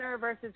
versus